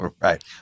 Right